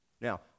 Now